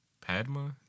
Padma